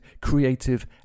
creative